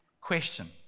question